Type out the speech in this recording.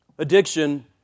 Addiction